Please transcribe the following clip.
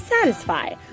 satisfy